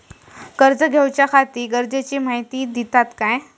कर्ज घेऊच्याखाती गरजेची माहिती दितात काय?